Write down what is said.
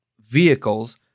vehicles